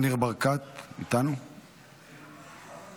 אדוני